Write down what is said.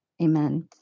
amen